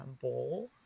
bowl